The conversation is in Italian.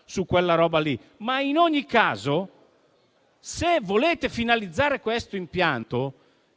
sulla questione - e volete finalizzare questo impianto,